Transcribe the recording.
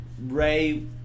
Ray